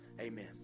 Amen